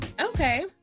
Okay